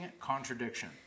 contradiction